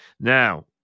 Now